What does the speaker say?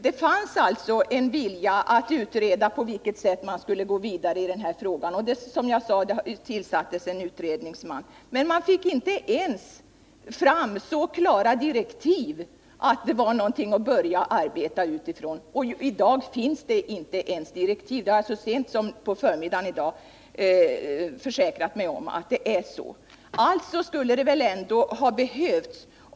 Det fanns alltså en vilja att utreda på vilket sätt man skulle gå vidare i den här frågan. Som jag tidigare har sagt har en utredningsman tillsatts. Men man fick inte ens fram så klara direktiv att det var något att börja arbeta utifrån. I dag finns det inga direktiv över huvud taget. Så sent som på förmiddagen i dag har jag försäkrat mig om att det är så.